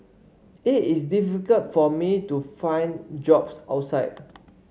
it is difficult for me to find jobs outside